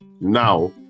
now